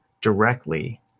directly